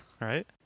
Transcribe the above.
right